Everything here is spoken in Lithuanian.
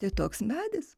tai toks medis